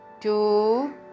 two